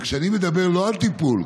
וכשאני מדבר לא על טיפול,